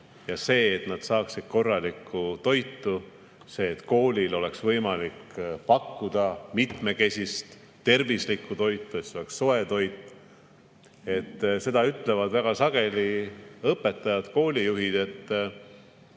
oluline], et nad saaksid korralikku toitu, et koolil oleks võimalik pakkuda mitmekesist tervislikku toitu, et see oleks soe toit. Seda ütlevad väga sageli õpetajad ja koolijuhid, et